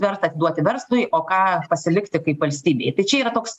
verta atiduoti verslui o ką pasilikti kaip valstybei tai čia yra toks